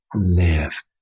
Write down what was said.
live